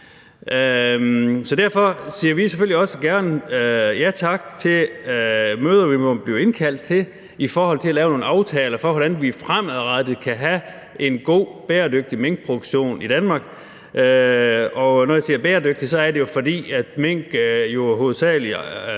Derfor siger vi selvfølgelig også gerne ja tak til møder, vi må blive indkaldt til i forhold til at lave nogle aftaler om, hvordan vi fremadrettet kan have en god, bæredygtig minkproduktion i Danmark. Og når jeg siger bæredygtig, er det jo, fordi mink hovedsagelig